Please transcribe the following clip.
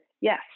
yes